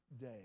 day